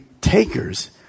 takers